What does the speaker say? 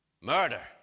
murder